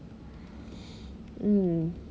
mm